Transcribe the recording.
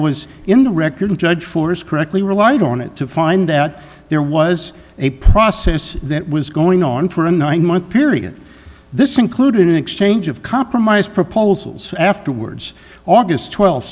record judge forest correctly relied on it to find that there was a process that was going on for a nine month period this included an exchange of compromise proposals afterwards august twelfth